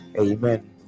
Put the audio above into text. amen